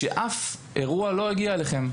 שאף אירוע לא הגיע אליכם.